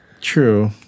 True